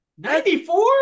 94